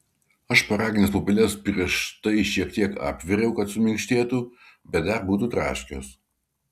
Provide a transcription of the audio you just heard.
aš šparagines pupeles prieš tai šiek tiek apviriau kad suminkštėtų bet dar būtų traškios